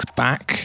back